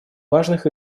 важных